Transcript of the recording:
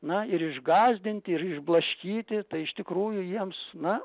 na ir išgąsdinti ir išblaškyti tai iš tikrųjų jiems na